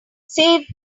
save